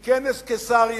אדוני השר, מכנס קיסריה.